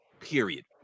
period